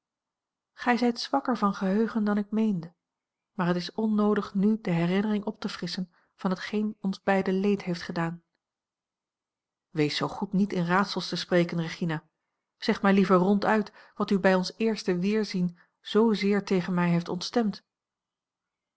gij zijt zwakker van geheugen dan ik meende maar het is onnoodig nu de herinnering op te frisschen van hetgeen ons beiden leed heeft gedaan wees zoo goed niet in raadsels te spreken regina zeg mij liever ronduit wat u bij ons eerste weerzien zoozeer tegen mij heeft ontstemd